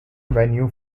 venue